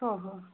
हो हो